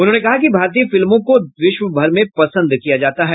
उन्होंने कहा कि भारतीय फिल्मों को विश्वभर में पसंद किया जाता है